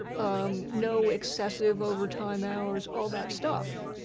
um, no excessive overtime hours, all that stuff.